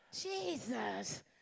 Jesus